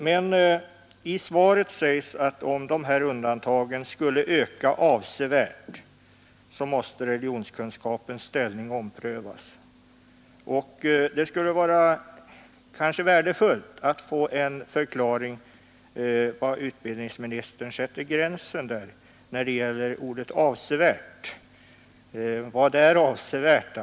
Men i svaret sägs att om antalet undantag skulle öka avsevärt, måste religionskunskapens ställning omprövas. Det skulle kanske vara värdefullt att få en förklaring av var utbildningsministern sätter gränsen när det gäller ordet avsevärt. Vad är avsevärt?